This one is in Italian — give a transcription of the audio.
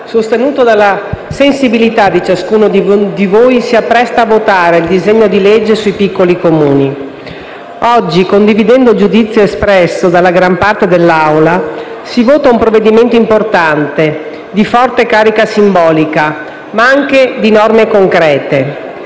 sostenuto dalla sensibilità di ciascuno di voi, si appresta a votare il disegno di legge sui piccoli Comuni. Condivido il giudizio espresso dalla gran parte dell'Assemblea, dicendo che oggi si vota un provvedimento importante, di forte carica simbolica, ma anche portatore di norme concrete.